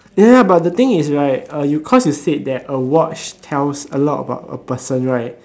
ya ya but the thing is right uh you cause you say a watch tells a lot about a person right